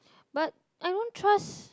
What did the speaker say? but I don't trust